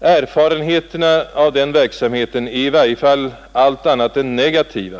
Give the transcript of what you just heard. Erfarenheterna av den verksamheten är i varje fall allt annat än negativa.